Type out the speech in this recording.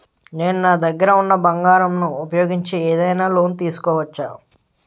నేను నా దగ్గర ఉన్న బంగారం ను ఉపయోగించి ఏదైనా లోన్ తీసుకోవచ్చా?